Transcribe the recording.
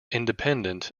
independent